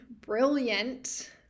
brilliant